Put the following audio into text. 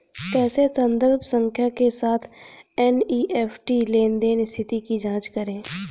कैसे संदर्भ संख्या के साथ एन.ई.एफ.टी लेनदेन स्थिति की जांच करें?